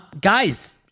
guys